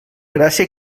gràcia